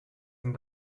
denn